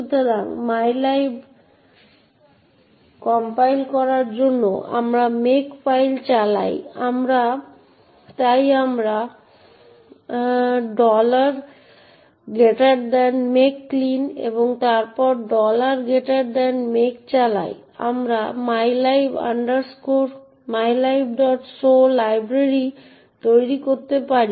সুতরাং mylib compile করার জন্য আমরা makefile চালাই তাই আমরা make clean এবং তারপর make চালাই এবং আমরা libmylibso লাইব্রেরি তৈরি করতে পারি